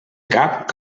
cap